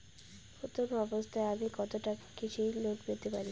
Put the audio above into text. প্রথম অবস্থায় আমি কত টাকা কৃষি লোন পেতে পারি?